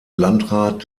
landrat